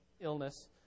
illness